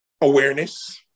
Awareness